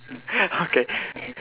okay